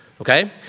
Okay